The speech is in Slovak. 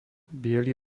biely